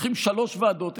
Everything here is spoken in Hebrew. לוקחים שלוש ועדות,